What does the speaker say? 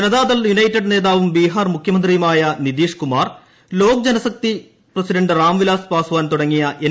Janata Dal united നേതാവും ബീഹാർ മുഖ്യമന്ത്രിയുമായ Nitish Kumar Lok Janshakti president Ram Vilas Paswan തുടങ്ങിയ എൻ